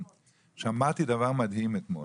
שמעתי דבר מדהים אתמול,